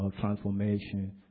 transformation